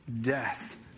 death